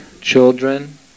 children